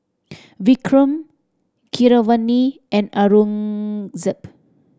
Vikram Keeravani and Aurangzeb